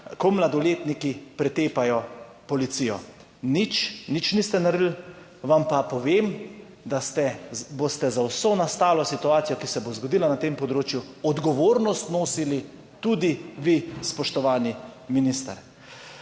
ko mladoletniki pretepajo policijo. Nič. Nič niste naredili, vam pa povem, da ste, boste za vso nastalo situacijo, ki se bo zgodila na tem področju, odgovornost nosili tudi vi, spoštovani minister.